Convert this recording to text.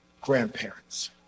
grandparents